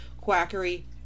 quackery